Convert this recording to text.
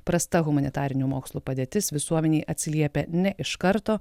prasta humanitarinių mokslų padėtis visuomenei atsiliepia ne iš karto